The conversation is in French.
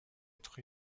être